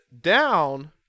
down